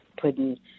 putting